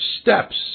steps